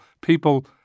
people